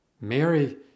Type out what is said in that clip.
Mary